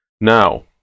now